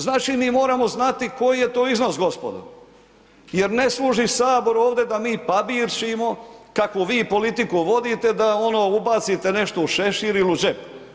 Znači mi moramo znati koji je to iznos gospodo jer ne služi Sabor ovdje da mi pabirčimo kakvu vi politiku vodite da ono ubacite nešto u šešir ili u džep.